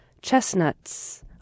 chestnuts